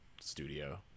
studio